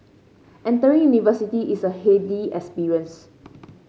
entering university is a heady experience